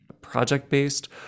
project-based